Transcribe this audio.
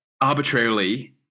arbitrarily